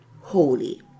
holy